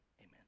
Amen